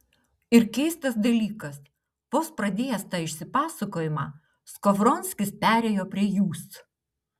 ir keistas dalykas vos pradėjęs tą išsipasakojimą skovronskis perėjo prie jūs